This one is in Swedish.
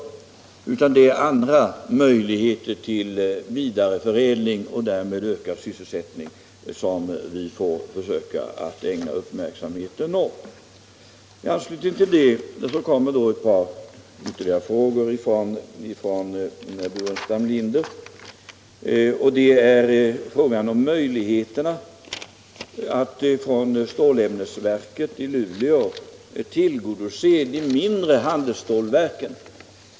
Det är andra möjligheter till vidareförädling och därmed ökad sysselsättning som vi får försöka att ägna uppmärksamheten åt. I anslutning till detta skall jag besvara ytterligare ett par frågor ifrån herr Burenstam Linder. Det gäller möjligheterna för stålämnesverket i Luleå att tillgodose de mindre handelsstålverken.